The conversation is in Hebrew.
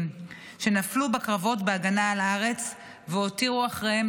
שנפלו בקרבות בהגנה על הארץ והותירו אחריהם,